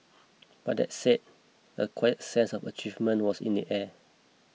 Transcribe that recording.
but that said a quiet sense of achievement was in the air